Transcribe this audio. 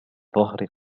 ظهر